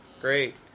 great